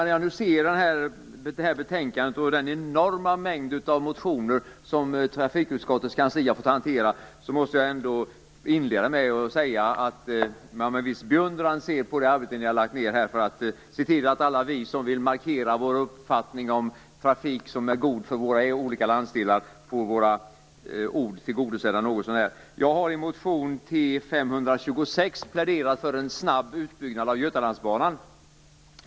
När jag ser betänkandet och den enorma mängd motioner som trafikutskottets kansli har fått hantera, ser jag också med viss beundran på det arbete ni har lagt ned för att se till att vi som vill markera vår uppfattning om lämpliga trafiklösningar för våra landsdelar får våra ord något så när tillgodosedda. Jag har i motion T526 pläderat för en snabb utbyggnad av Götalandsbanan.